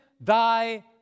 thy